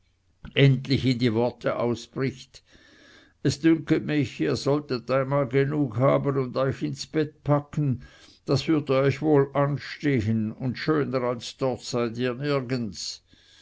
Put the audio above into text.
endlich in die worte ausbricht es dünket mich ihr solltet einmal genug haben und euch ins bett packen das würde euch wohl anstehen und schöner als dort seid ihr nirgends